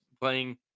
playing